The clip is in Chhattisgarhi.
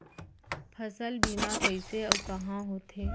फसल बीमा कइसे अऊ कहाँ होथे?